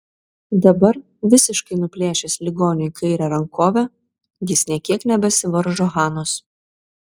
dabar visiškai nuplėšęs ligoniui kairę rankovę jis nė kiek nebesivaržo hanos